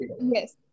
Yes